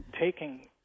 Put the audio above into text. taking